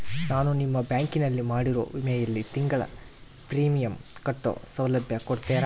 ನಾನು ನಿಮ್ಮ ಬ್ಯಾಂಕಿನಲ್ಲಿ ಮಾಡಿರೋ ವಿಮೆಯಲ್ಲಿ ತಿಂಗಳ ಪ್ರೇಮಿಯಂ ಕಟ್ಟೋ ಸೌಲಭ್ಯ ಕೊಡ್ತೇರಾ?